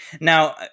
Now